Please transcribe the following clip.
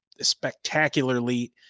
spectacularly